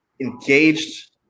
engaged